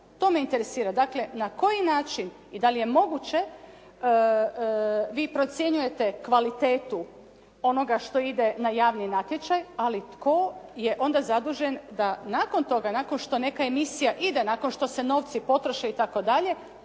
To me interesira. Dakle, na koji način i dali je moguće vi procjenjujete kvalitetu onog što ide na javni natječaj, ali tko je onda zadužen da nakon toga, nakon što neka emisija ide, nakon što se novci potroše itd.